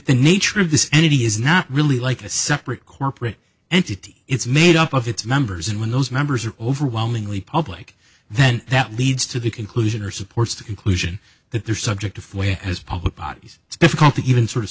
the nature of this entity is not really like a separate corporate entity it's made up of its members and when those numbers are overwhelmingly public then that leads to the conclusion or supports the conclusion that they're subjective where as public bodies it's difficult to even sort of